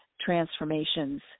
transformations